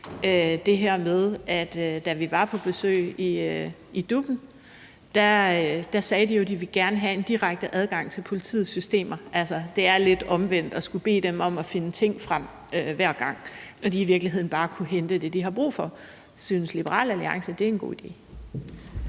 det her med, at da vi var på besøg hos DUP'en, sagde de jo, at de gerne ville have en direkte adgang til politiets systemer. Altså, det er lidt omvendt at skulle bede dem om at finde ting frem hver gang, når de i virkeligheden bare kunne hente det, de har brug for. Synes Liberal Alliance, at det er en god idé?